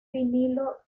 vinilo